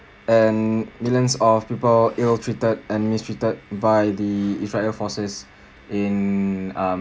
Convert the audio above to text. and millions of people ill treated and mistreated by the israeli forces in um